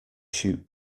shoot